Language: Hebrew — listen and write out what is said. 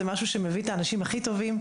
זה משהו שמביא את האנשים הכי טובים,